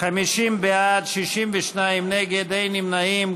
50 בעד, 62 נגד, אין נמנעים.